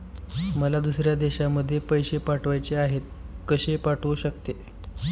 मला दुसऱ्या देशामध्ये पैसे पाठवायचे आहेत कसे पाठवू शकते?